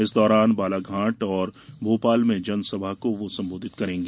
इस दौरान बालाघाट और भोपाल में जनसभा को संबोधित करेंगी